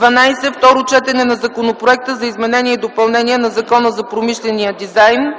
12. Второ четене на Законопроекта за изменение и допълнение на Закона за промишления дизайн.